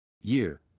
Year